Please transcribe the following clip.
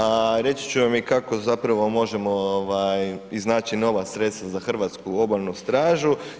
A reći ću vam i kako zapravo možemo iznaći nova sredstva za Hrvatsku obalnu stražu.